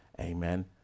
Amen